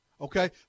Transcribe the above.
Okay